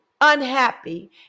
unhappy